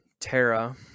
Terra